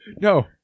No